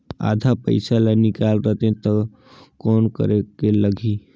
आधा पइसा ला निकाल रतें तो कौन करेके लगही?